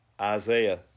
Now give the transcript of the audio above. Isaiah